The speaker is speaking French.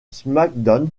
smackdown